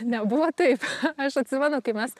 nebuvo taip aš atsimenu kai mes